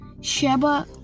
Sheba